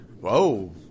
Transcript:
Whoa